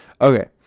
Okay